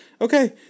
okay